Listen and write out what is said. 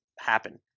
happen